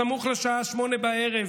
סמוך לשעה 20:00?